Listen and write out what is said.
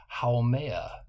Haumea